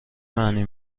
معنی